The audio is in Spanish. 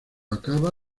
acaba